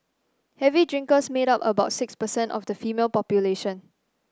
heavy drinkers made up about six percent of the female population